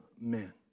men